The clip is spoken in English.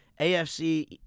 AFC